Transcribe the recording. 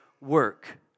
work